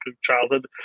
childhood